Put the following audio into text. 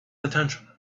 attention